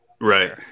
Right